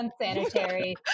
unsanitary